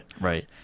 Right